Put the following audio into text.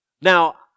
Now